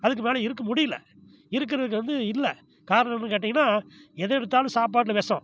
அதுக்கு மேலே இருக்க முடியல இருக்கிறதுக்கு வந்து இல்லை காரணம்னு கேட்டிங்கனால் எதை எடுத்தாலும் சாப்பாட்டில விசம்